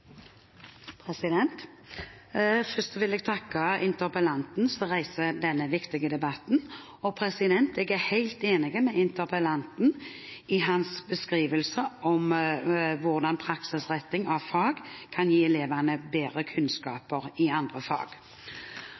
vil jeg takke interpellanten, som reiser denne viktige debatten. Jeg er helt enig med interpellanten i hans beskrivelse av hvordan praksisretting av fag kan gi elevene bedre kunnskaper i andre